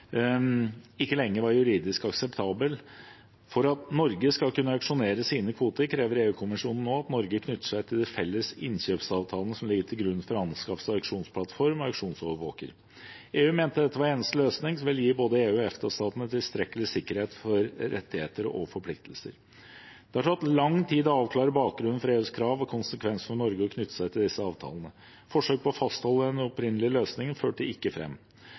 ikke lenger var juridisk akseptabel. For at Norge skal kunne auksjonere sine kvoter, krever EU-kommisjonen nå at Norge knytter seg til de felles innkjøpsavtalene som ligger til grunn for anskaffelse av auksjonsplattform og auksjonsovervåker. EU mente dette var eneste løsning som ville gi både EU- og EFTA-statene tilstrekkelig sikkerhet for rettigheter og forpliktelser. Det har tatt lang tid å avklare bakgrunnen for EUs krav og konsekvenser for Norge ved å knytte seg til disse avtalene. Forsøket på å fastholde den opprinnelige løsningen førte ikke